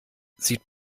sieht